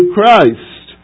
Christ